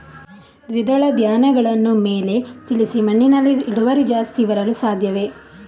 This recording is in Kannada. ದ್ವಿದಳ ಧ್ಯಾನಗಳನ್ನು ಮೇಲೆ ತಿಳಿಸಿ ಮಣ್ಣಿನಲ್ಲಿ ಇಳುವರಿ ಜಾಸ್ತಿ ಬರಲು ಸಾಧ್ಯವೇ?